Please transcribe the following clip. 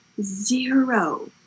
zero